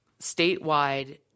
statewide